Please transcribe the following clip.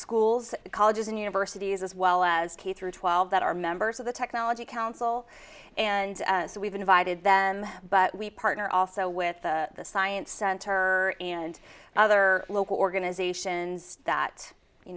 schools colleges and universities as well as k through twelve that are members of the technology council and so we've invited them but we partner also with the science center and other local organizations that you